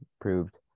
proved